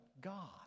God